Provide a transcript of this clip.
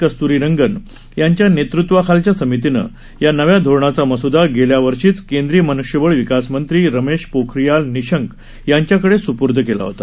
कस्त्रीरंगन यांच्या नेतृत्वाखालच्या समीतीनं या नव्या धोरणाचा मसूदा गेल्या वर्षीचं केंद्रीय मन्ष्यबळ विकास मंत्री रमेश पोखरीयाल निशंक यांच्या कडे सुपूर्त केला होता